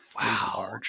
Wow